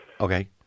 Okay